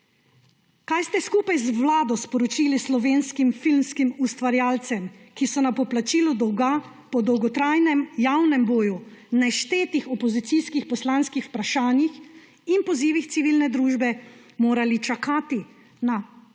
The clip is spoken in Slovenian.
Kaj ste skupaj z Vlado sporočili slovenskim filmskim ustvarjalcem, ki so na poplačilo dolga po dolgotrajnem javnem boju, neštetih opozicijskih poslanskih vprašanjih in pozivih civilne družbe morali čakati na usmiljenje